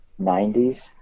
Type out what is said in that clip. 90s